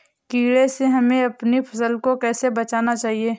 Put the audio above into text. कीड़े से हमें अपनी फसल को कैसे बचाना चाहिए?